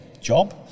job